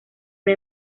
una